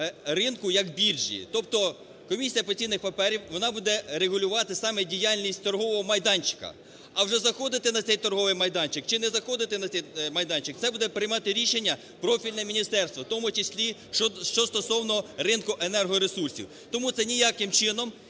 ринку як біржі. Тобто Комісія по цінних паперах вона буде регулювати саме діяльність торгового майданчика. А вже заходити на цей торговий майданчик чи не заходити на цей майданчик, це буде приймати рішення профільне міністерство, у тому числі що стосовно ринку енергоресурсів. Тому це ніяким чином